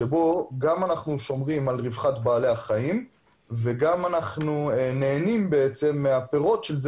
שגם נשמור על רווחת בעלי החיים וגם ניהנה מהפירות של זה